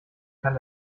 kann